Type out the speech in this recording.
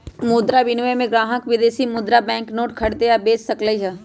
मुद्रा विनिमय में ग्राहक विदेशी मुद्रा बैंक नोट खरीद आ बेच सकलई ह